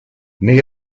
nei